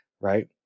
right